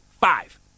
five